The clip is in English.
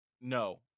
No